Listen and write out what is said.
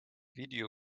video